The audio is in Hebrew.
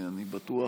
ואני בטוח